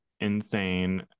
insane